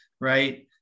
right